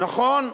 נכון,